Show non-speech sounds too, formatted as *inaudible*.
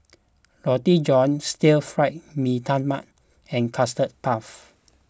Roti John Stir Fry Mee Tai Mak and Custard Puff *noise*